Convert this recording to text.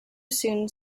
soon